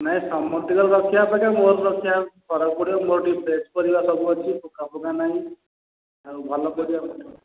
ନାଇଁ ସମସ୍ତଙ୍କର ରଖିବା ଅପେକ୍ଷା ମୋ ରଖିବା ଫରକ ପଡ଼ିବ ମୋର ଟିକିଏ ଫ୍ରେସ୍ ପରିବା ସବୁ ଅଛି ଅଙ୍କା ବଙ୍କା ନାହିଁ ଆଉ ଭଲ ପରିବା